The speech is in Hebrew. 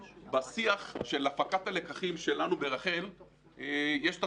בשיח של הפקת הלקחים שלנו ברח"ל יש את